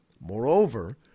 Moreover